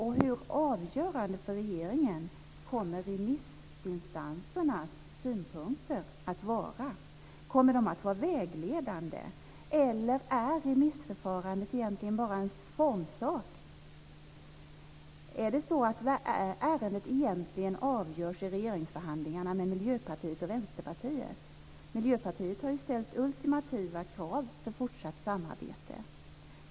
Och hur avgörande för regeringen kommer remissinstansernas synpunkter att vara? Kommer de att vara vägledande eller är remissförfarandet egentligen bara en formsak? Är det så att ärendet egentligen avgörs i regeringsförhandlingarna med Miljöpartiet och Vänsterpartiet? Miljöpartiet har ju ställt ultimativa krav för fortsatt samarbete.